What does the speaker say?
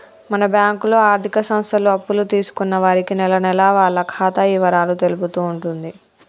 మన బ్యాంకులో ఆర్థిక సంస్థలు అప్పులు తీసుకున్న వారికి నెలనెలా వాళ్ల ఖాతా ఇవరాలు తెలుపుతూ ఉంటుంది